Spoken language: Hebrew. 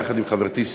יחד עם חברתי סתיו,